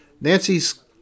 Nancy's